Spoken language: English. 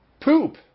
poop